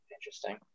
interesting